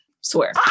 Swear